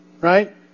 right